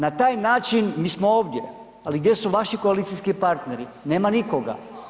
Na taj način, mi smo ovdje ali gdje su vaši koalicijski partneri, nema nikoga.